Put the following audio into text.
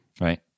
Right